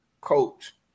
coach